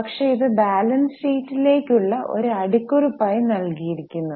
പക്ഷേ ഇത് ബാലൻസ് ഷീറ്റിലേക്കുള്ള ഒരു അടിക്കുറിപ്പായി നൽകിയിരിക്കുന്നു